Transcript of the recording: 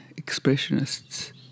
Expressionists